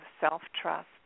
self-trust